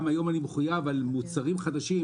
גם היום אני מחויב על מוצרים חדשים,